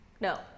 No